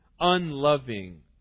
unloving